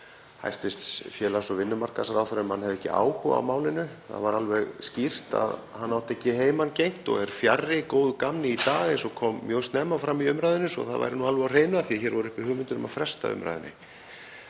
garð hæstv. félags- og vinnumarkaðsráðherra um að hann hefði ekki áhuga á málinu, að það var alveg skýrt að hann átti ekki heimangengt og er fjarri góðu gamni í dag eins og kom mjög snemma fram í umræðunni, svo það sé alveg á hreinu af því að hér voru uppi hugmyndir um að fresta umræðunni.